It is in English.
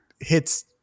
hits